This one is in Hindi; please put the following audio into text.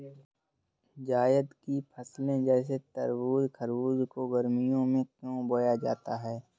जायद की फसले जैसे तरबूज़ खरबूज को गर्मियों में क्यो बोया जाता है?